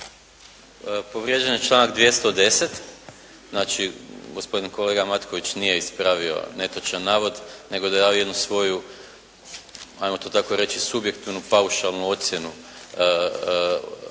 Povrijeđen je članak 210. Znači gospodin kolega Matković nije ispravio netočan navod nego je … /Govornik se ne razumije./ … svoju ajmo to tako reći subjektivnu paušalnu ocjenu